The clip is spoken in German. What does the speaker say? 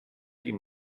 ihm